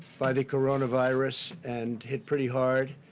by the coronavirus and hit pretty hard,